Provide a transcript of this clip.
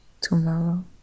tomorrow